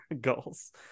goals